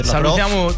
salutiamo